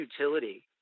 utility